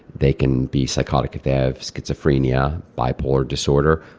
they can be psychotic if they have schizophrenia, bipolar disorder,